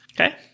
okay